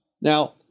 Now